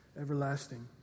everlasting